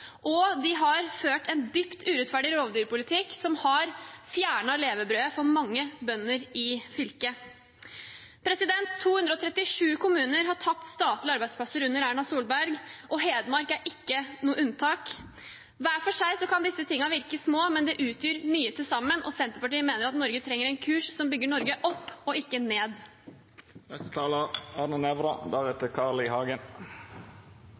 og de har ført en dypt urettferdig rovdyrpolitikk, som har fjernet levebrødet for mange bønder i fylket. 237 kommuner har tapt statlige arbeidsplasser under Erna Solberg, og Hedmark er ikke noe unntak. Hver for seg kan disse tingene virke små, men de utgjør mye til sammen. Senterpartiet mener at Norge trenger en kurs som bygger Norge opp – og ikke ned. Jeg hadde håpet at det i